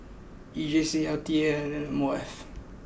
E J C L T A and M O F